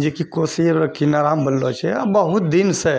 जेकि कोसीके किनारामे बनलो छै आ बहुत दिनसँ